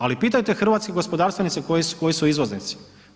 Ali pitajte hrvatske gospodarstvenike koji su izvoznici.